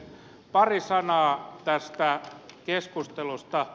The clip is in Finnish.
pari sanaa tästä keskustelusta